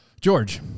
George